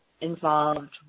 involved